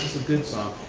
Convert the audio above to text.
good song?